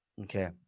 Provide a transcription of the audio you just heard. Okay